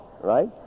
right